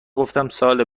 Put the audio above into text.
گفتم، سال